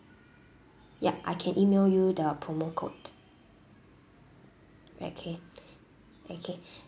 yup I can email you the promo code okay okay